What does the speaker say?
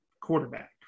quarterback